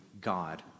God